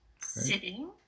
sitting